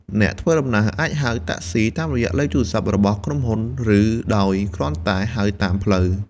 អ្នកធ្វើដំណើរអាចហៅតាក់ស៊ីតាមរយៈលេខទូរស័ព្ទរបស់ក្រុមហ៊ុនឬដោយគ្រាន់តែហៅតាមផ្លូវ។